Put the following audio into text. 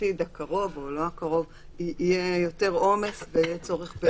שבעתיד הקרוב, או לא הקרוב, יהיה יותר עומס בצורך.